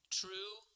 true